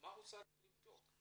צריך לבדוק.